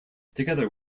together